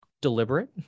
deliberate